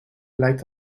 blijkt